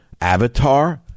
Avatar